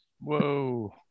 Whoa